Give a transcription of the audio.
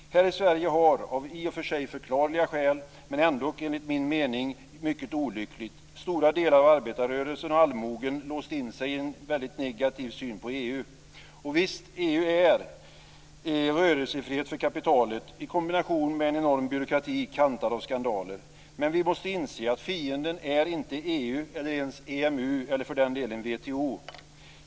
Här i Sverige har - av i och för sig förklarliga skäl, men ändock enligt min mening mycket olyckligt - stora delar av arbetarrörelsen och allmogen låst sig i en helt negativ syn på EU. Visst: EU är rörelsefrihet för kapitalet i kombination med en enorm byråkrati kantad av skandaler, men vi måste inse att fienden inte är EU eller ens EMU eller för den delen WTO!